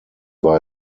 war